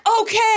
okay